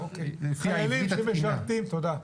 תודה.